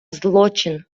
злочин